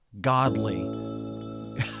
godly